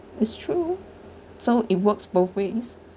it's true so it works both ways